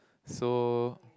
so